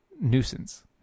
nuisance